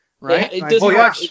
right